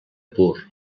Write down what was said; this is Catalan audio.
pur